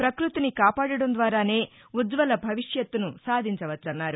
పక్బతిని కాపాదడం ద్వారానే ఉజ్వల భవిష్యత్తును సాధించవచ్చన్నారు